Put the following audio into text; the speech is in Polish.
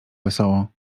wesoło